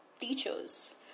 teachers